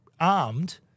armed –